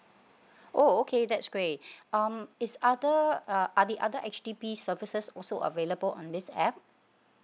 oh okay that's great um is other uh are the other H_D_B services also available on this app